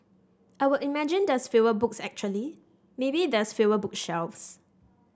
I would imagine there's fewer books actually maybe there's fewer book shelves